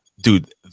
Dude